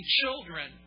children